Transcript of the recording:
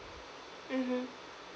mmhmm